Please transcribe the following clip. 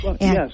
Yes